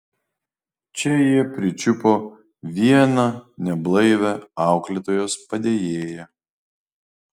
čia jie pričiupo vieną neblaivią auklėtojos padėjėją